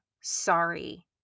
sorry